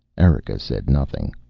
erika said nothing.